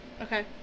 Okay